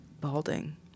Balding